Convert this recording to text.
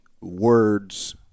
words